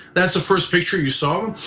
that's the first picture you saw,